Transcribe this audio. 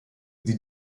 sie